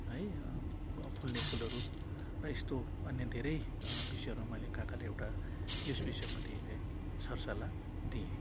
है फुल्ने फुलहरू र यस्तो अन्य धेरै विषयहरूमा मैले काकाले एउटा यस विषय मैले हेरेँ सरसल्लाह दिएँ